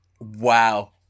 Wow